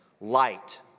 light